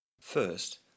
First